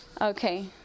Okay